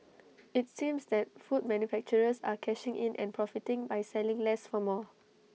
IT seems that food manufacturers are cashing in and profiting by selling less for more